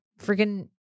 freaking